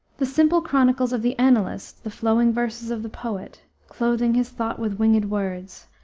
the simple chronicles of the annalist, the flowing verses of the poet, clothing his thought with winged words,